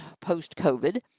post-COVID